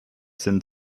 sind